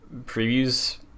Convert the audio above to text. previews